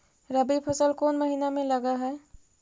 रबी फसल कोन महिना में लग है?